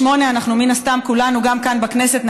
לראש הממשלה וב-20:00 כולנו כאן בכנסת,